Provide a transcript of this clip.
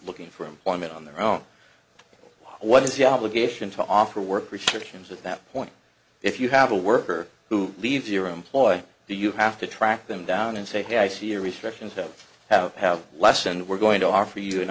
looking for employment on their own what is your obligation to offer work restrictions at that point if you have a worker who leave your employ do you have to track them down and say hey i see your restrictions have have have lessened we're going to offer you an